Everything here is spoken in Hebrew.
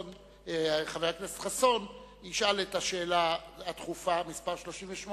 וחבר הכנסת חסון ישאל את השאלה הדחופה מס' 38,